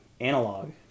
analog